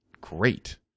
great